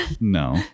No